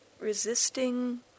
resisting